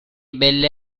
belle